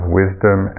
wisdom